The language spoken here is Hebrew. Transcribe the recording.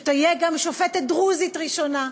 מייחלת ליום שתהיה גם שופטת דרוזית ראשונה.